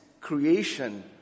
creation